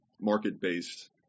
market-based